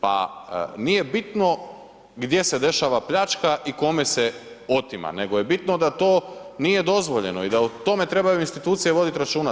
Pa nije bitno gdje se dešava pljačka i kome se otima nego je bitno da to nije dozvoljeno i da o tome trebaju institucije voditi računa.